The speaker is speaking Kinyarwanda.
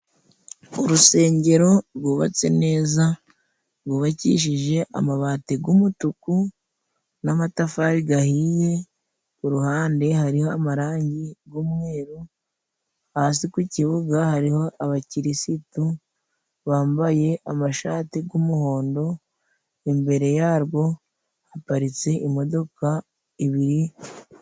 Urusengero rwubatse neza rwubakishije amabati g'umutuku n'amatafari gahiye, ku ruhande hariho amarangi g'umweru, hasi ku kibuga hariho abakirisitu bambaye amashati g'umuhondo ,imbere yarwo haparitse imodoka ibiri...